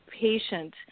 patient